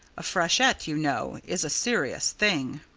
a freshet, you know, is a serious thing.